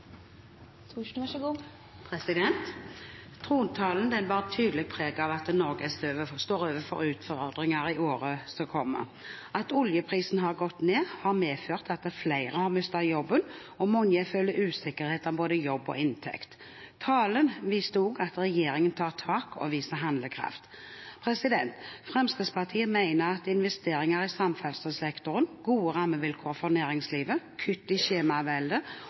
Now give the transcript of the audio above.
som alle så måtte komme. Trontalen bar tydelig preg av at Norge står overfor utfordringer i året som kommer. At oljeprisen har gått ned, har medført at flere har mistet jobben, og mange føler usikkerhet for både jobb og inntekt. Talen viste også at regjeringen tar tak og viser handlekraft. Fremskrittspartiet mener at investeringer i samferdselssektoren, gode rammevilkår for næringslivet, kutt i skjemaveldet